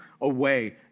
away